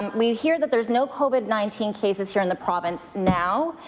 we hear that there's no covid nineteen cases here in the province now.